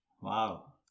Wow